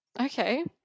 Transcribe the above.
Okay